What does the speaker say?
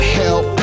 help